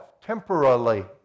temporarily